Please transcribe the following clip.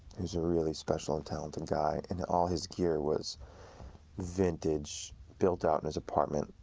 who's a really special and talented guy, and all his gear was vintage, built out in his apartment,